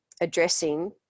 addressing